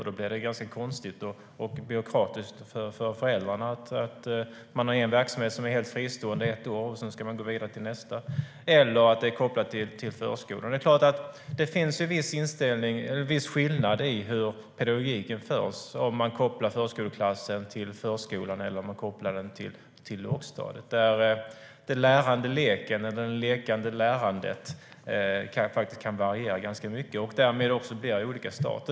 Det blir ganska konstigt och byråkratiskt för föräldrarna om man har en verksamhet som är helt fristående ett år och sedan ska gå vidare till nästa eller att den är kopplad till förskolan. Det finns en viss skillnad i hur pedagogiken förs beroende på om man kopplar förskoleklassen till förskolan eller om man kopplar den till lågstadiet, där den lärande leken eller det lekande lärandet kan variera ganska mycket och det därmed blir olika start.